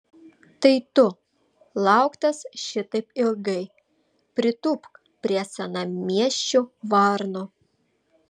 tai tu lauktas šitaip ilgai pritūpk prie senamiesčių varnų